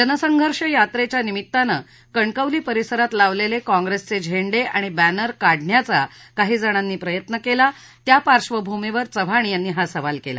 जनसंघर्ष यात्रेच्या निमित्तानं कणकवली परिसरात लावलेले काँग्रेसचे झेंडे आणि बॅनर काढण्याचा काही जणांनी प्रयत्न केला त्या पार्श्वभूमीवर चव्हाण यांनी हा सवाल केला